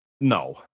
no